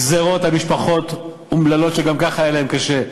גזירות על משפחות אומללות שגם כך היה להן קשה,